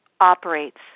operates